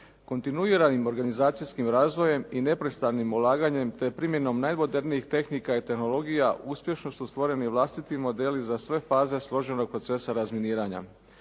Kontinuiranim organizacijskim razvojem i neprestanim ulaganjem te primjenom najmodernijih tehnika i tehnologija uspješno su stvoreni vlastiti modeli za sve faze složenog procesa razminiranja.